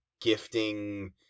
gifting